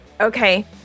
Okay